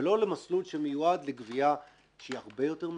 ולא למסלול שמיועד לגבייה שהיא הרבה יותר מסובכת.